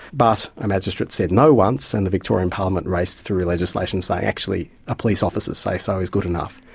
but a magistrate said no once and the victorian parliament raced through a legislation saying actually a police officer's say-so is good enough.